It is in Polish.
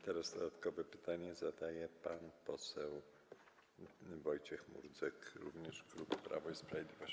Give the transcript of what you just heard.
Teraz dodatkowe pytanie zadaje pan poseł Wojciech Murdzek, również klub Prawo i Sprawiedliwość.